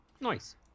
nice